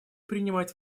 принимать